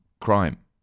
crime